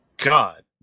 God